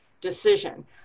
decision